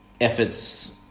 efforts